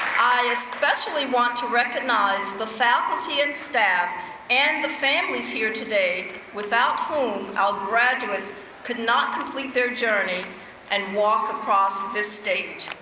i especially want to recognize the faculty and staff and the families here today without whom, our graduates could not complete their journey and walk across this stage.